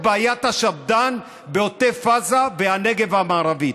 בעיית השפד"ן בעוטף עזה ובנגב המערבי.